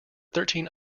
thirteen